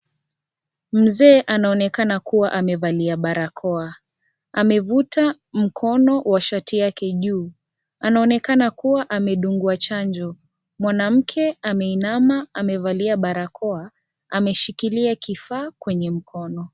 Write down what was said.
Mzee anaonekana kuwa amevalia barakoa. Amefuta mkono wa shati yake juu. Anaonekana kuwa amedungwa chanjo. Mwanamke ameinama, amevalia barakoa, ameshikilia kifaa kwenye mkono.